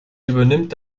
übernimmt